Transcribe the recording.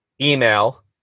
email